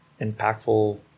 impactful